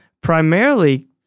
primarily